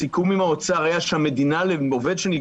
הסיכום עם האוצר היה שהמדינה היא זאת